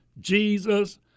Jesus